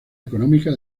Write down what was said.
económica